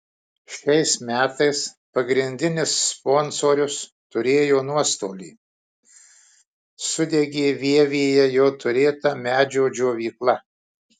šiais metais pagrindinis sponsorius turėjo nuostolį sudegė vievyje jo turėta medžio džiovykla